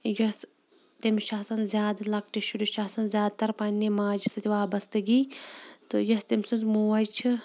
یۄس تٔمِس چھِ آسان زیادٕ لۄکٹِس شُرِس چھِ آسان زیادٕ تَر پنٛںہِ ماجہِ سۭتۍ وابَستگی تہٕ یۄس تٔمۍ سٕنٛز موج چھِ